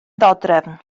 ddodrefn